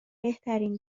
بهترین